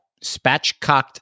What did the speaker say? spatchcocked